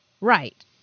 Right